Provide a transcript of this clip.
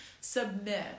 submit